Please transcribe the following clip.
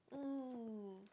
mm